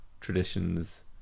traditions